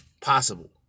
possible